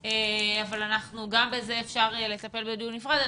אבל גם בזה אפשר לטפל בדיון נפרד.